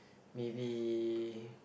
maybe